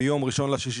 ביום 1.6,